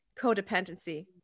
codependency